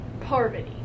Parvati